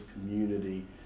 community